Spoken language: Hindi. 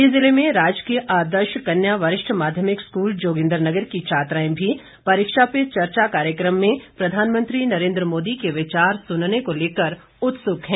मंडी जिले में राजकीय आदर्श कन्या वरिष्ठ माध्यमिक स्कूल जोगिन्द्रनगर की छात्राएं भी परीक्षा पे चर्चा कार्यक्रम में प्रधानमंत्री नरेंद्र मोदी के विचार सुनने को लेकर उत्सुक है